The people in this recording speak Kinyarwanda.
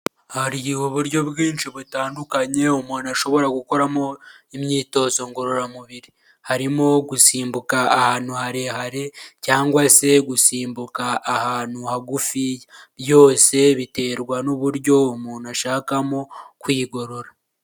Hari igihe uburyo bwinshi butandukanye umuntu ashobora gukoramo imyitozo ngororamubiri, harimo gusimbuka ahantu harehare, cyangwa se gusimbuka ahantu hagufiya, byose biterwa n'uburyo umuntu ashakamo kwigorora.